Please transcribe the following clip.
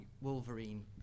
wolverine